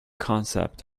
concept